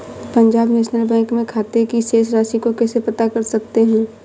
पंजाब नेशनल बैंक में खाते की शेष राशि को कैसे पता कर सकते हैं?